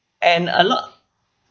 and a lot